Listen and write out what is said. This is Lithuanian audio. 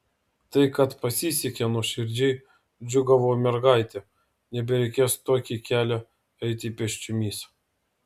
tai kad pasisekė nuoširdžiai džiūgavo mergaitė nebereikės tokį kelią eiti pėsčiomis